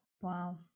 Wow